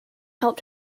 helped